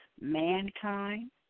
mankind